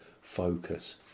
focus